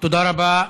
תודה רבה.